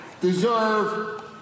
Deserve